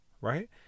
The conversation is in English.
right